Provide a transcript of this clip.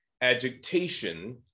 agitation